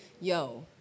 yo